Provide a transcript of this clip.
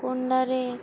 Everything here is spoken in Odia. କୁଣ୍ଡାରେ